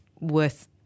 worth